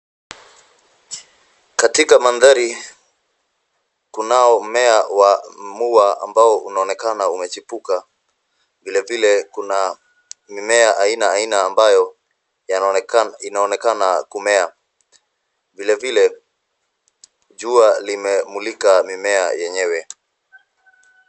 Katika mandhari kunao mmea wa muwa ambao unaonekana unachipuka. Vilevile, kuna mimea aina aina ambayo inaonekana kumea. Vilevile, jua limemulika mimea yenyewe.